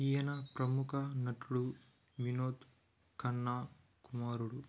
ఈయన ప్రముఖ నటుడు వినోద్ ఖన్నా కుమారుడు